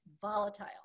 volatile